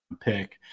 pick